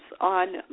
on